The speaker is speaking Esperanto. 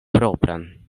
propran